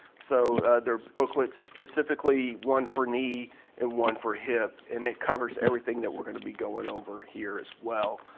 so there are booklets, specifically one for knee and one for hip, and it covers everything that we're gonna be going over here as well.